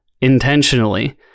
intentionally